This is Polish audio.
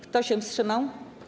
Kto się wstrzymał?